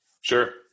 sure